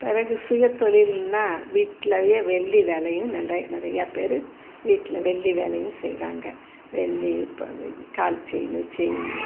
பிறகு சுயத்தொழில்ன்னா வீட்லேயே வெள்ளி வேலையும் நெறை நிறையா பேரு வீட்டில் வெள்ளி வேலையும் செய்கிறாங்க வெள்ளி ப கால் செயினு செயின்னு